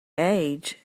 age